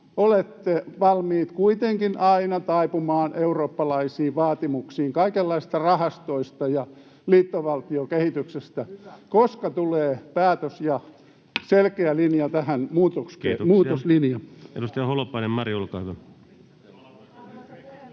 olette valmiit kuitenkin aina taipumaan eurooppalaisiin vaatimuksiin kaikenlaisista rahastoista ja liittovaltiokehityksestä? Koska tulee päätös ja selkeä linja tähän, muutoslinja? [Speech 61] Speaker: Ensimmäinen varapuhemies